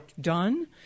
done